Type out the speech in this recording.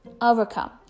overcome